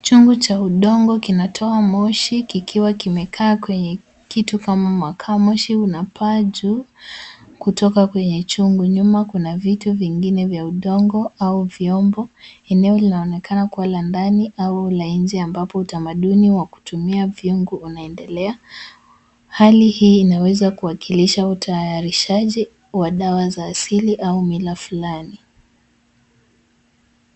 Chungu cha udongo kinatoa moshi kikiwa kimekaa kwenye kitu kama makaa. Moshi unapaa juu kutoka kwenye chungu. Nyuma kuna vitu vingine vya udongo au vyombo. Eneo linaonekana kuwa la ndani au la inje ambapo utamaduni wa kutumia viungo unaendelea. Hali hii inaweza kuwakilisha utayarishaji wa dawa za asili au mila fulani.